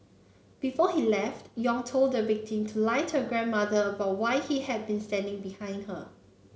before he left Yong told the victim to lie to her grandmother about why he had been standing behind her